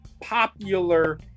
popular